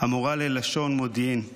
המורה ללשון מודיעין /